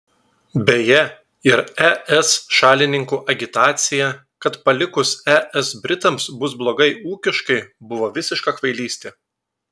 beje ir es šalininkų agitacija kad palikus es britams bus blogai ūkiškai buvo visiška kvailystė